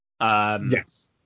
yes